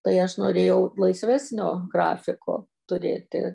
tai aš norėjau laisvesnio grafiko turėti